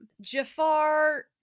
Jafar